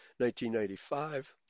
1995